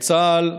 צה"ל,